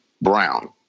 brown